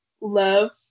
love